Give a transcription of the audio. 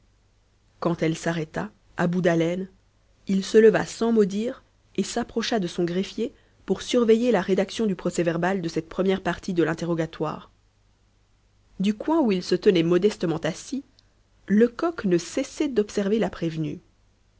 quand elle s'arrêta à bout d'haleine il se leva sans mot dire et s'approcha de son greffier pour surveiller la rédaction du procès-verbal de cette première partie de l'interrogatoire du coin où il se tenait modestement assis lecoq ne cessait d'observer la prévenue